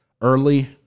early